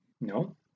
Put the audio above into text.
No